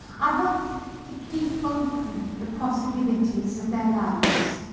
i want to keep open the possibilities of their lives.